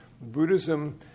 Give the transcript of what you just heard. Buddhism